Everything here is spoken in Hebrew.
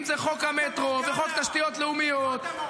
אם זה חוק המטרו וחוק תשתיות לאומיות -- פאטה מורגנה.